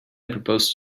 proposed